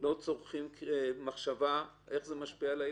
לא צורכים מחשבה איך זה משפיע על הילדים?